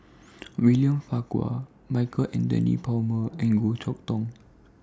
William Farquhar Michael Anthony Palmer and Goh Chok Tong